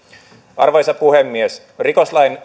arvoisa puhemies rikoslain